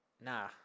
Nah